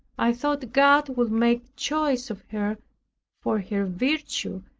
i thought god would make choice of her for her virtue,